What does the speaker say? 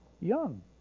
young